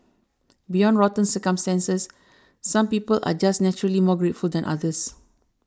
beyond rotten circumstances some people are just naturally more grateful than others